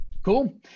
Cool